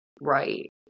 right